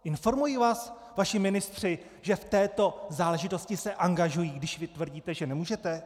Informují vás vaši ministři, že v této záležitosti se angažují, když vy tvrdíte, že nemůžete?